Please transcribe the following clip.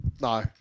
No